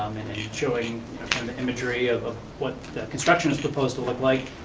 showing imagery of ah what the construction's supposed to look like.